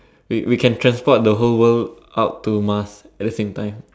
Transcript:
we we can transport the whole world out to Mars at the same time